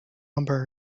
lumbar